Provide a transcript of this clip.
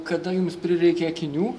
kada jums prireikė akinių